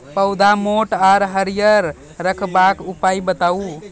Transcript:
पौधा मोट आर हरियर रखबाक उपाय बताऊ?